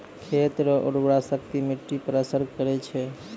खेत रो उर्वराशक्ति मिट्टी पर असर करै छै